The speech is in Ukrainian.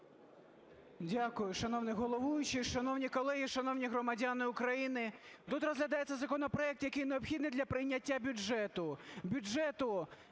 Дякую. Шановний головуючий, шановні колеги, шановні громадяни України! Тут розглядається законопроект, який необхідний для прийняття бюджету